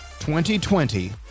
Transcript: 2020